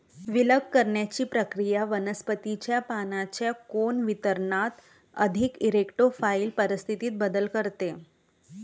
विलग करण्याची प्रक्रिया वनस्पतीच्या पानांच्या कोन वितरणात अधिक इरेक्टोफाइल परिस्थितीत बदल करते